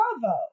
Bravo